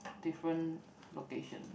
different location